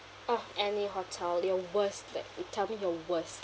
oh any hotel your worst like you tell me your worst